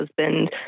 husband